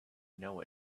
know